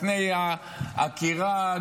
לפני העקירה,